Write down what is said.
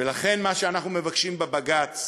ולכן, מה שאנחנו מבקשים בבג"ץ